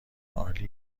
عالی